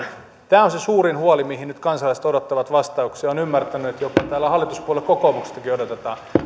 tämä on se suurin huoli mihin nyt kansalaiset odottavat vastauksia ja olen ymmärtänyt että jopa hallituspuolue kokoomuksessakin odotetaan